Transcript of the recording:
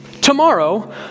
tomorrow